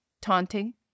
taunting